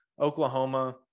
Oklahoma